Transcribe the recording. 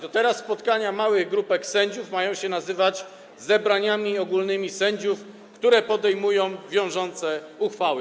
To teraz spotkania małych grupek sędziów mają się nazywać zebraniami ogólnymi sędziów, które podejmują wiążące uchwały.